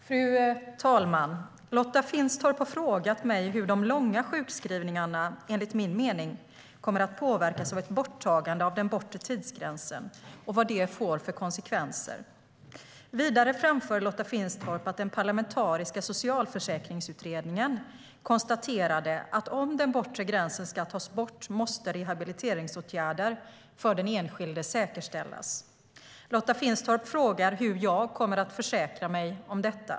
Fru talman! Lotta Finstorp har frågat mig hur de långa sjukskrivningarna enligt min mening kommer att påverkas av ett borttagande av den bortre tidsgränsen och vad det får för konsekvenser. Vidare framför Lotta Finstorp att den parlamentariska socialförsäkringsutredningen konstaterade att om den bortre gränsen ska tas bort måste rehabiliteringsåtgärder för den enskilde säkerställas. Lotta Finstorp frågar hur jag kommer att försäkra mig om detta.